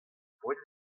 poent